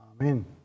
Amen